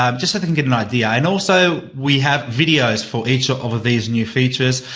um just so they can get an idea and also, we have videos for each of of these new features,